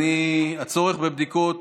הצורך בבדיקות